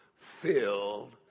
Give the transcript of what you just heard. filled